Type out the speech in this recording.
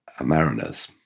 mariners